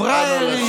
פראיירים,